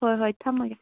ꯍꯣꯏ ꯍꯣꯏ ꯊꯝꯃꯒꯦ